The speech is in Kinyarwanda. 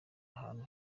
ahantu